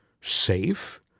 Safe